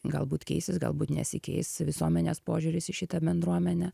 galbūt keisis galbūt nesikeis visuomenės požiūris į šitą bendruomenę